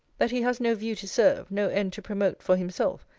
that he has no view to serve, no end to promote, for himself,